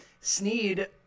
Sneed